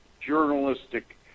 journalistic